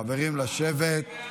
חברים, לשבת.